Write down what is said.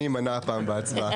אני אמנע הפעם בהצבעה.